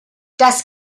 das